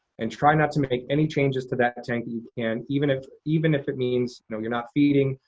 and try not to make any changes to that tank, and even if even if it means no, you're not feeding,